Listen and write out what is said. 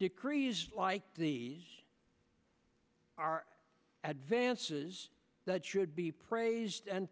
decrees like these are advances that should be praised and